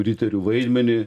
riterių vaidmenį